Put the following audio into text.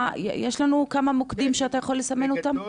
יש לנו כמה מוקדים שאתה יכול לסמן אותם?